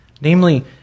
Namely